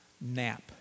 nap